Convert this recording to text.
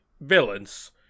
villains